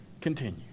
continue